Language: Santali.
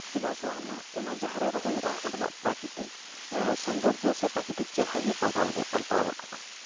ᱪᱮᱫᱟᱜ ᱥᱮ ᱵᱟᱝᱢᱟ ᱚᱱᱟ ᱡᱟᱦᱟᱸ ᱨᱮ ᱨᱚᱦᱚᱭᱚᱜᱼᱟ ᱚᱸᱰᱮᱱᱟᱜ ᱯᱨᱟᱠᱤᱨᱛᱤᱠ ᱥᱳᱱᱫᱳᱨᱡᱚ ᱥᱮ ᱯᱨᱟᱠᱤᱨᱛᱤᱠ ᱪᱮᱦᱨᱟ ᱜᱮ ᱯᱟᱞᱴᱟᱣ ᱜᱚᱜ ᱯᱟᱞᱴᱟᱣ ᱜᱚᱜ ᱠᱟᱜᱼᱟ